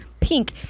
pink